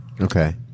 Okay